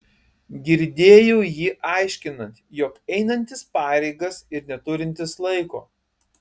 girdėjau jį aiškinant jog einantis pareigas ir neturintis laiko